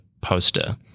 poster